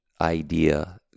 idea